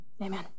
Amen